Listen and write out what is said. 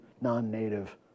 non-native